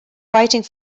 writing